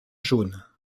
jaune